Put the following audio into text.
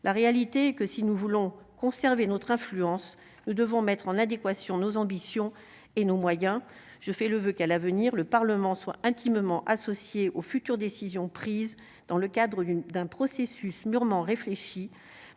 la réalité est que si nous voulons conserver notre influence, nous devons mettre en adéquation nos ambitions et nos moyens, je fais le voeu qu'à l'avenir, le Parlement soit intimement associé aux futures décisions prises dans le cadre d'une d'un processus mûrement réfléchi